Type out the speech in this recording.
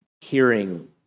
hearing